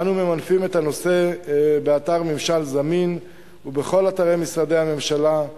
אנו ממנפים את הנושא באתר ממשל זמין ובכל אתרי משרדי הממשלה,